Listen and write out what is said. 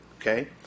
Okay